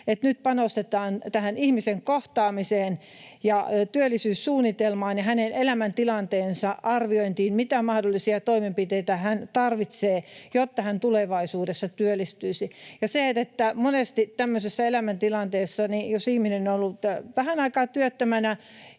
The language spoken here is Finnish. että nyt panostetaan tähän ihmisen kohtaamiseen ja työllisyyssuunnitelmaan ja hänen elämäntilanteensa arviointiin, mitä mahdollisia toimenpiteitä hän tarvitsee, jotta hän tulevaisuudessa työllistyisi. Monesti tämmöisessä elämäntilanteessa, jos ihminen on ollut vähän aikaa työttömänä